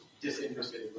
disinterested